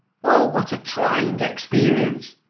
oh, what a trying experience!